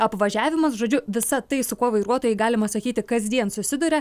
apvažiavimas žodžiu visa tai su kuo vairuotojai galima sakyti kasdien susiduria